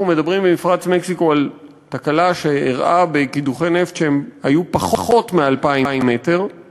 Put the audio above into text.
אנחנו מדברים במפרץ מקסיקו על תקלה שאירעה בקידוחי נפט שהיו בעומק של